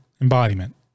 embodiment